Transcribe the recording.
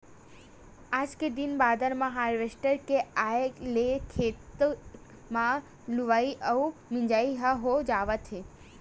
आज के दिन बादर म हारवेस्टर के आए ले खेते म लुवई अउ मिजई ह हो जावत हे